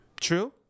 True